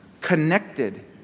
connected